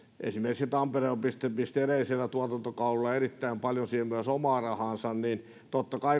esimerkiksi tampere pisti edellisellä tuotantokaudella erittäin paljon siihen myös omaa rahaansa niin totta kai